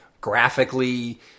graphically